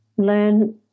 Learn